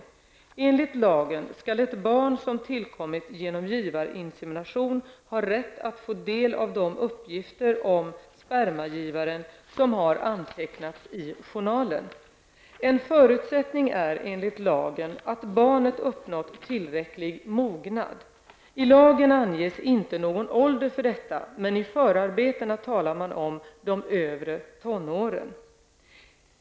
Enligt lagen skall ett barn som tillkommit genom givarinsemination ha rätt att få del av de uppgifter om spermagivaren som har antecknats i journalen. En förutsättning är enligt lagen att barnet uppnått tillräcklig mognad. I lagen anges inte någon ålder för detta, men i förarbetena talar man om de övre tonåren.